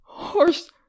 Horse